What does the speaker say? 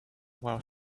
while